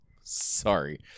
sorry